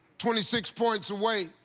twenty six points away.